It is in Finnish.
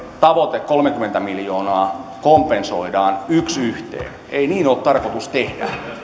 tavoite kolmekymmentä miljoonaa kompensoidaan yksi yhteen ei niin ole tarkoitus tehdä